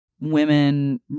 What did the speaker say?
women